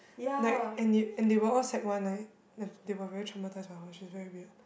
like and they and they were all sec one like they they were very traumatized by her she's very weird